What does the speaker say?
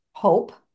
Hope